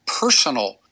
personal